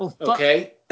Okay